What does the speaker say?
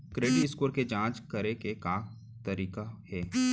Credit score के जाँच करे के का तरीका हे?